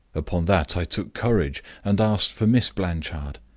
upon that i took courage, and asked for miss blanchard.